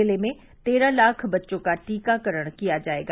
जिले में तेरह लाख बच्चों का टीकाकरण किया जायेगा